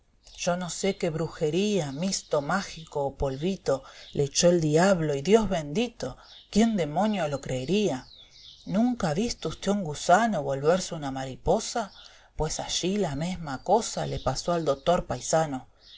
yo no sé qué brujería misto mágica o polvito le echó el diablo y dios bendito quién demonio lo creería e del campo nunca lia visto usté un gusano volverse una mariposa pues allí la mesma cosa le pasó al dotor paisano canas